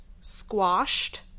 squashed